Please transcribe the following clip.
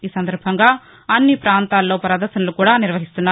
ఈ సందర్భంగా అన్ని పాంతాల్లో పదర్శనలు కూడా నిర్వహిస్తున్నారు